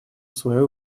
свое